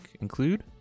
include